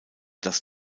das